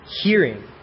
hearing